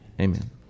Amen